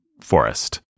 forest